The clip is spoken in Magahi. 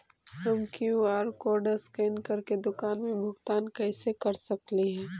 हम कियु.आर कोड स्कैन करके दुकान में भुगतान कैसे कर सकली हे?